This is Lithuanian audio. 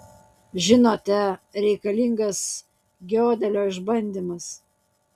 žinote reikalingas giodelio išbandymas